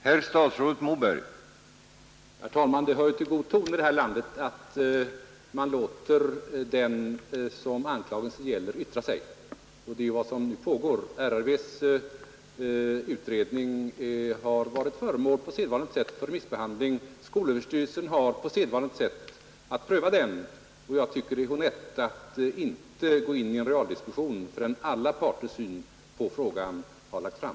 Herr talman! Det hör till god ton i detta land att man låter den som anklagelsen gäller yttra sig. RRV:s utredning har på sedvanligt sätt varit föremål för remissbehandling, och skolöverstyrelsen har att pröva den. Jag tycker det är honnett att inte gå in i en realdiskussion förrän alla parters syn på frågan har lagts fram.